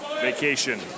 Vacation